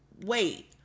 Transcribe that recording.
wait